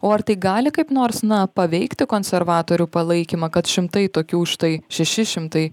o ar tai gali kaip nors paveikti konservatorių palaikymą kad šimtai tokių štai šeši šimtai